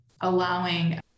allowing